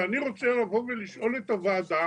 אני רוצה לשאול את הוועדה